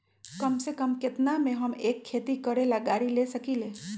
कम से कम केतना में हम एक खेती करेला गाड़ी ले सकींले?